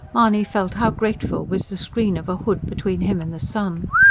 mahony felt how grateful was the screen of a hood between him and the sun.